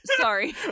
Sorry